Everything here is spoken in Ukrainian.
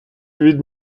від